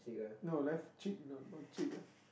no left cheek not not chick ah